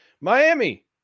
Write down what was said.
Miami